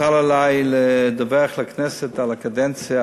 מוטל עלי לדווח לכנסת על הקדנציה